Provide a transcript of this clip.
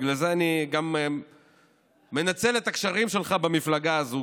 ובגלל זה אני גם מנצל את הקשרים שלך במפלגה הזו,